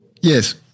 Yes